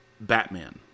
batman